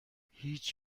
هیچ